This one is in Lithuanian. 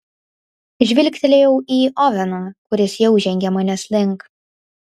žvilgtelėjau į oveną kuris jau žengė manęs link